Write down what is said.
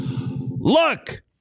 Look